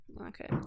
Okay